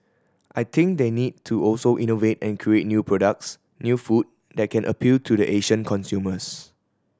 I think they need to also innovate and create new products new food that can appeal to the Asian consumers